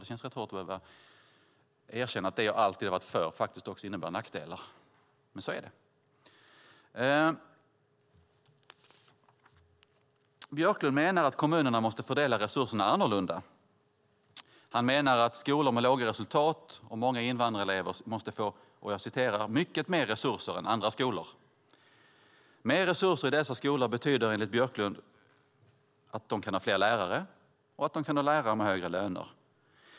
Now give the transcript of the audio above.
Det känns hårt att behöva erkänna att det jag alltid har varit för faktiskt också innebär nackdelar. Så är det. Björklund menar att kommunerna måste fördela resurserna annorlunda. Han menar att skolor med låga resultat och många invandrarelever måste få mycket mer resurser än andra skolor. Mer resurser i dessa skolor betyder, enligt Björklund, att de kan ha fler lärare och högre löner för lärarna.